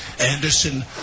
Anderson